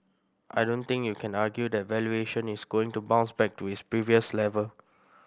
I don't think you can argue that valuation is going to bounce back to its previous level